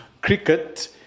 cricket